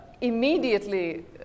immediately